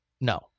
No